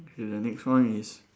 okay the next one is